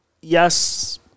Yes